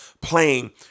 playing